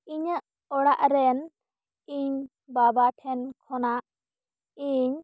ᱤᱧᱟᱹᱜ ᱚᱲᱟᱜ ᱨᱮᱱ ᱤᱧ ᱵᱟᱵᱟ ᱴᱷᱮᱱ ᱠᱷᱚᱱᱟᱜ ᱤᱧ